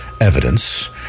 evidence